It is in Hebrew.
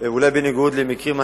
אדוני ראש הממשלה,